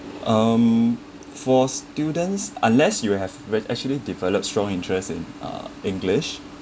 um for students unless you have actually developed strong interest in uh english